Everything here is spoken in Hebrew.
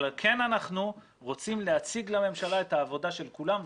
כן אנחנו רוצים להציג לממשלה את העבודה של כולם,